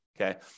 Okay